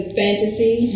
fantasy